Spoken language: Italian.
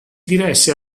diresse